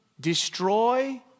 destroy